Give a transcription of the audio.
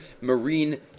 marine